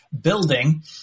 building